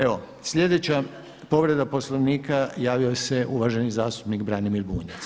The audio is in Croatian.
Evo sljedeća povreda Poslovnika javio se uvaženi zastupnik Branimir Bunjac.